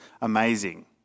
amazing